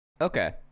Okay